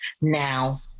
now